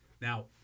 now